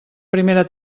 primera